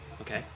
Okay